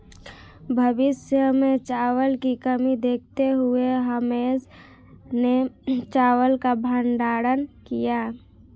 भविष्य में चावल की कमी देखते हुए महेश ने चावल का भंडारण किया